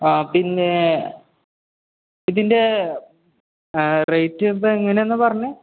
ആ പിന്നേ ഇതിൻ്റെ റേറ്റ് ഇപ്പോള് എങ്ങനെയാണെന്നാണ് പറഞ്ഞത്